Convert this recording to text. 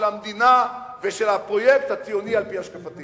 המדינה ושל הפרויקט הציוני על-פי השקפתי.